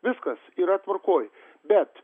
viskas yra tvarkoj bet